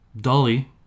Dolly